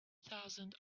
thousand